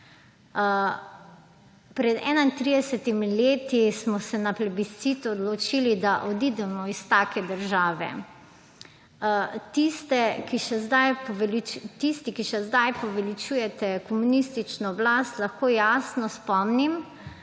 pred 31 leti smo se na plebiscitu odločili, da odidemo iz take države. Tiste, ki še sedaj poveličujete komunistično oblast, lahko jasno spomnim,